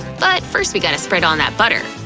but first we gotta spread on that butter.